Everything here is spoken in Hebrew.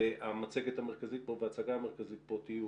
המצגת המרכזית וההצגה המרכזית פה יהיו